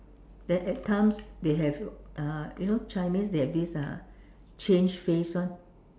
then at times they have uh you know Chinese they have this uh change face one